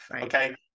Okay